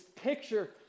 picture